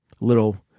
Little